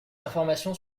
l’information